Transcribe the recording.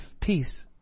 peace